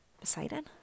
Poseidon